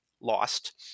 lost